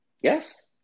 Yes